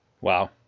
Wow